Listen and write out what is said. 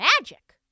Magic